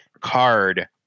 card